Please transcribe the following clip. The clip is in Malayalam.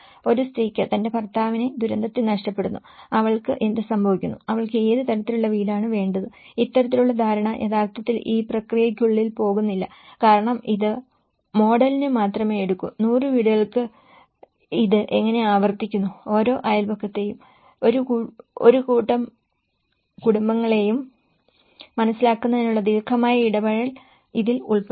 ഒരു സ്ത്രീക്ക് തന്റെ ഭർത്താവിനെ ദുരന്തത്തിൽ നഷ്ടപ്പെടുന്നു അവൾക്ക് എന്ത് സംഭവിക്കുന്നു അവൾക്ക് ഏത് തരത്തിലുള്ള വീടാണ് വേണ്ടത് ഇത്തരത്തിലുള്ള ധാരണ യഥാർത്ഥത്തിൽ ഈ പ്രക്രിയയ്ക്കുള്ളിൽ പോകുന്നില്ല കാരണം ഇത് മോഡലിന് മാത്രമേ എടുക്കൂ 100 വീടുകൾക്ക് ഇത് എങ്ങനെ ആവർത്തിക്കുന്നു ഓരോ അയൽപക്കത്തെയും ഒരു കൂട്ടം കുടുംബങ്ങളെയും മനസ്സിലാക്കുന്നതിനുള്ള ദീർഘമായ ഇടപഴകൽ ഇതിൽ ഉൾപ്പെടുന്നു